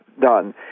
done